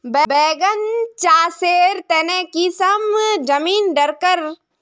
बैगन चासेर तने की किसम जमीन डरकर?